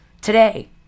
today